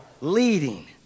leading